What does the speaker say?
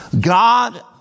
God